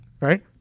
right